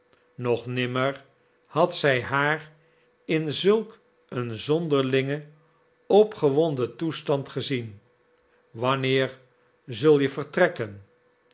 nog nimmer had zij haar in zulk een zonderlingen opgewonden toestand gezien wanneer zul je vertrekken